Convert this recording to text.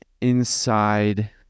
inside